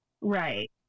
Right